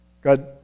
God